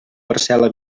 parcel·la